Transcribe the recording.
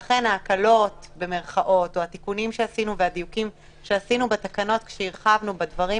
לכן התיקונים שעשינו בתקנות כשהרחבנו בדברים